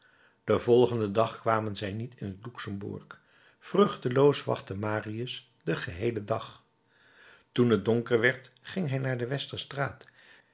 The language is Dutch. den volgenden dag kwamen zij niet in het luxemburg vruchteloos wachtte marius den geheelen dag toen het donker werd ging hij naar de westerstraat